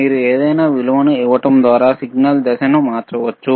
మీరు ఏదైనా విలువను ఇవ్వడం ద్వారా సిగ్నల్ దశను మార్చవచ్చు